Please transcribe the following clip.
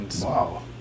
wow